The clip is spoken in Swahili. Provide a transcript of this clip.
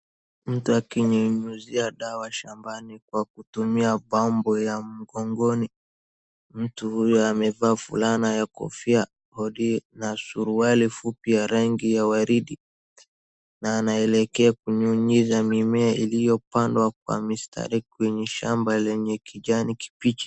Mtu akinyunyuzia dawa shambani kwa kutumia []pump[]ya mgogoni, mtu huyu amevaa fulana ya kofia na suruali fupi ya rangi ya waridi, na anaelekea kunyunyiza mimea iliyopandwa kwa mistari kwenye shamba lenye kijani kibichi.